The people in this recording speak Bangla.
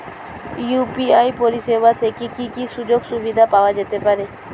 ইউ.পি.আই পরিষেবা থেকে কি কি সুযোগ সুবিধা পাওয়া যেতে পারে?